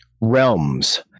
realms